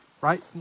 Right